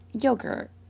yogurt